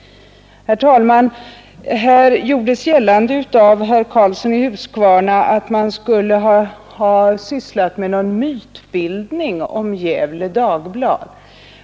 Herr talman! Herr Karlsson i Huskvarna gjorde gällande att det skulle ha förekommit en mytbildning om Gefle Dagblad.